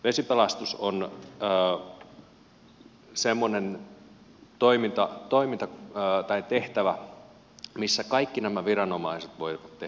vesipelastus on semmoinen tehtävä missä kaikki nämä viranomaiset voivat tehdä yhteistyötä